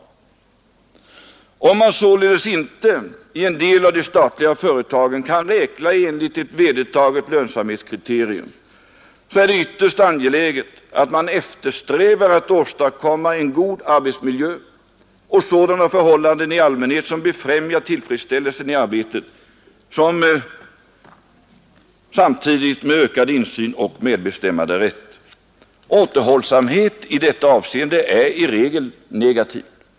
Om man således inte i en del av de statliga företagen kan räkna enligt ett vedertaget lönsamhetskriterium, är det ytterst angeläget att man eftersträvar att åstadkomma en god arbetsmiljö och sådana förhållanden i allmänhet som befrämjar tillfredsställelsen i arbetet samtidigt med ökad insyn och medbestämmanderätt. Återhållsamheten i detta avseende är i regel negativ.